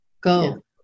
Go